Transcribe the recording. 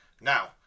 Now